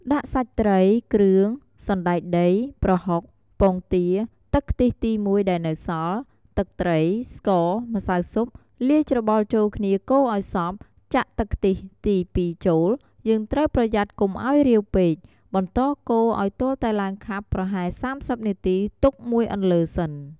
ដាក់សាច់ត្រី គ្រឿង សណ្ដែកដី ប្រហុក ពងទា ទឹកខ្ទិះទីមួយដែលនៅសល់ ទឹកត្រី ស្ករ ម្សៅស៊ុប លាយច្របល់ចូលគ្នាកូរឲ្យសព្វ ចាក់ទឹកខ្ទិះទី២ចូល យើងត្រូវប្រយ័ត្នកុំឲ្យរាវពេក បន្តកូរឲ្យទាល់តែឡើងខាប់ប្រហែល៣០នាទី ទុកមួយអន្លើសិន។